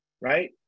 right